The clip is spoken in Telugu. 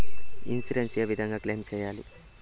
ఇన్సూరెన్సు ఏ విధంగా క్లెయిమ్ సేయాలి?